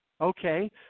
Okay